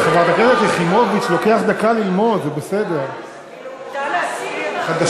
הפנים והגנת הסביבה לדון בהארכת תוקף חוק